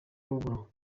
ruguru